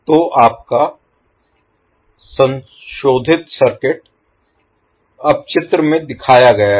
तो आपका संशोधित सर्किट अब चित्र में दिखाया गया है